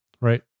right